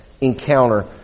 encounter